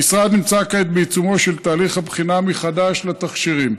המשרד נמצא כעת בעיצומו של תהליך הבחינה מחדש לתכשירים.